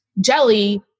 jelly